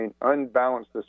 unbalanced